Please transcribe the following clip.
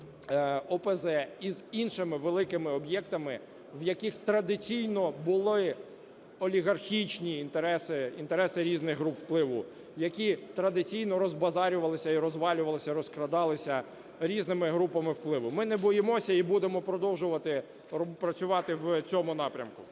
ОПЗ, і з іншими великими об'єктами, в яких традиційно були олігархічні інтереси, інтереси різних груп впливу, які традиційно розбазарювались і розвалювалися, розкрадалися різними групами впливу. Ми не боїмося і будемо продовжувати працювати в цьому напрямку.